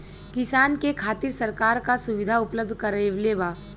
किसान के खातिर सरकार का सुविधा उपलब्ध करवले बा?